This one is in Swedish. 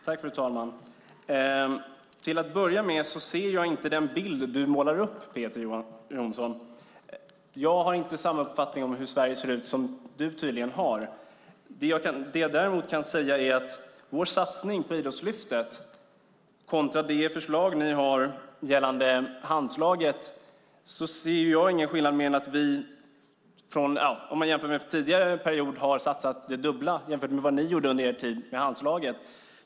Fru talman! Jag ser inte den bild som du målar upp, Peter Johnsson. Jag har inte samma uppfattning som du tydligen har om hur Sverige ser ut. Däremot kan jag säga att om man jämför vår satsning Idrottslyftet med det förslag som ni hade gällande Handslaget ser jag ingen skillnad mer än att vi har satsat det dubbla jämfört med vad ni satsade på Handslaget.